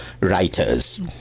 writers